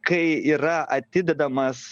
kai yra atidedamas